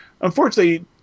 Unfortunately